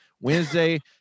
Wednesday